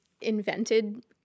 invented